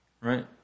right